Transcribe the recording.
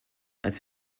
als